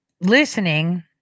listening